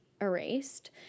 erased